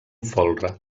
folre